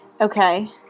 Okay